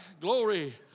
glory